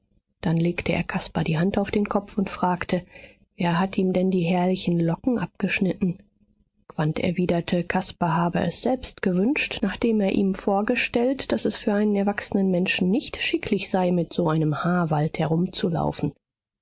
dann legte er caspar die hand auf den kopf und fragte wer hat ihm denn die herrlichen locken abgeschnitten quandt erwiderte caspar habe es selbst gewünscht nachdem er ihm vorgestellt daß es für einen erwachsenen menschen nicht schicklich sei mit so einem haarwald herumzulaufen